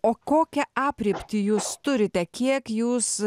o kokią aprėptį jūs turite kiek jūs